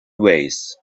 vase